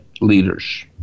leaders